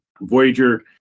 voyager